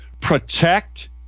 protect